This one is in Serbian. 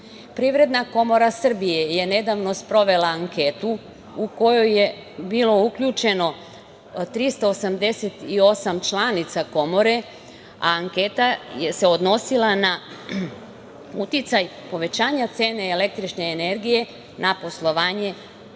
stavka. Privredna komora Srbije je nedavno sprovela anketu u kojoj je bilo uključeno 388 članica komore, a anketa se odnosila na uticaj povećanja cene električne energije na poslovanje